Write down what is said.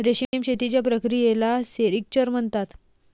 रेशीम शेतीच्या प्रक्रियेला सेरिक्चर म्हणतात